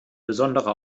besondere